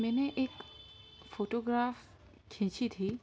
میں نے ایک فوٹوگراف کھینچی تھی